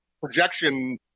projection